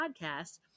Podcast